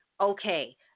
okay